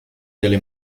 delle